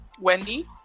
Wendy